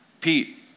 Pete